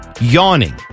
yawning